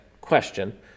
question